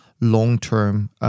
long-term